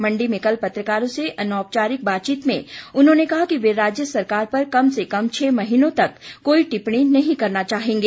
मण्डी में कल पत्रकारों से अनौपचारिक बातचीत में उन्होंने कहा कि वे राज्य सरकार पर कम से कम छ महीनों तक कोई टिप्पणी नहीं करना चाहेंगे